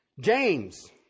James